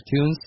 iTunes